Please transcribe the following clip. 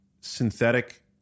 synthetic